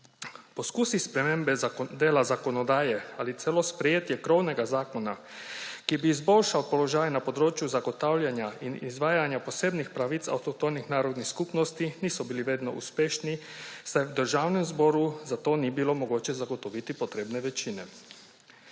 Poskusi spremembe dela zakonodaje ali celo sprejetje krovnega zakona, ki bi izboljšal položaj na področju zagotavljanja in izvajanja posebnih pravic avtohtonih narodnih skupnosti, niso bili vedno uspešni, saj v Državnem zboru za to ni bilo mogoče zagotoviti potrebne večine.